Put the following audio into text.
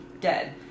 dead